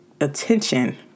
attention